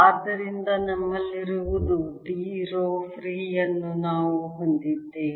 ಆದ್ದರಿಂದ ನಮ್ಮಲ್ಲಿರುವುದು D row free ಯನ್ನು ನಾವು ಹೊಂದಿದ್ದೇವೆ